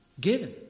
Given